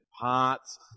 parts